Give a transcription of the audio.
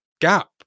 gap